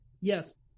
Yes